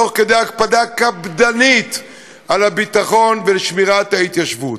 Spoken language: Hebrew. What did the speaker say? תוך הקפדה על הביטחון ועל שמירת ההתיישבות.